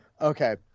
Okay